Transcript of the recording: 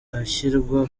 ashyirwa